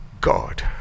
God